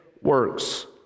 works